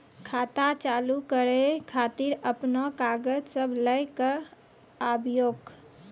खाता चालू करै खातिर आपन कागज सब लै कऽ आबयोक?